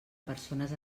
persones